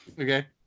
Okay